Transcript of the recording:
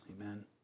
Amen